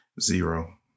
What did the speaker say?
Zero